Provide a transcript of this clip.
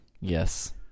yes